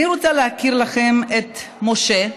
אני רוצה להכיר לכם את משה,